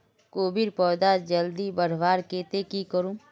कोबीर पौधा जल्दी बढ़वार केते की करूम?